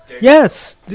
Yes